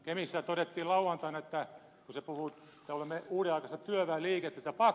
kemissä todettiin lauantaina että olemme uudenaikaista työväenliikettä